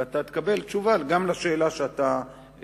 ואתה תקבל תשובה לשאלה שהצגת.